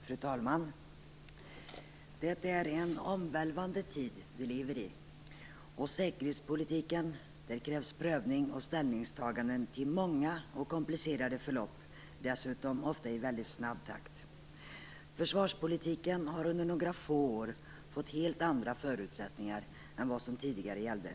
Fru talman! Det är en omvälvande tid vi lever i. I säkerhetspolitiken krävs prövning och ställningstaganden till många och komplicerade förlopp, dessutom ofta i snabb takt. Försvarspolitiken har på några få år fått helt andra förutsättningar än de som tidigare gällde.